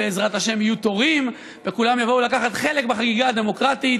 בעזרת השם יהיו תורים וכולם יבואו לקחת חלק בחגיגה הדמוקרטית,